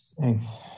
Thanks